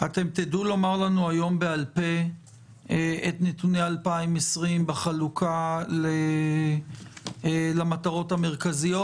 האם תדעו לומר לנו בעל פה את נתוני 2020 בחלוקה למטרות המרכזיות,